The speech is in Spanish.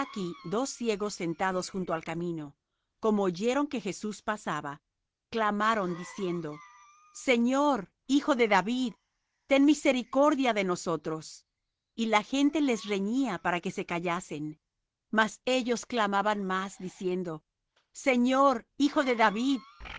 dos ciegos sentados junto al camino como oyeron que jesús pasaba clamaron diciendo señor hijo de david ten misericordia de nosotros y la gente les reñía para que callasen mas ellos clamaban más diciendo señor hijo de david